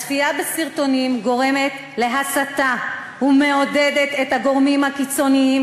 הצפייה בסרטונים גורמת להסתה ומעודדת את הגורמים הקיצוניים